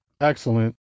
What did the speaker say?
excellent